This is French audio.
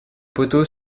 poteau